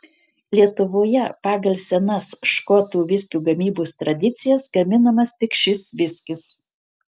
lietuvoje pagal senas škotų viskio gamybos tradicijas gaminamas tik šis viskis